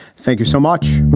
thank you so much.